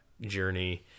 journey